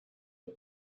the